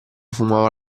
fumava